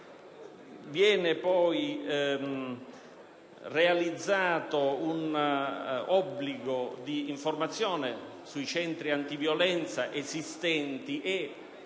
Viene poi realizzato un obbligo di informazione sui centri antiviolenza esistenti